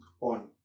on